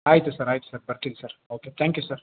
ಆಯಿತು ಸರ್ ಆಯ್ತು ಸರ್ ಬರ್ತೀನಿ sir okay thank you sir